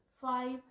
five